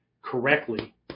correctly